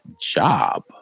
job